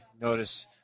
notice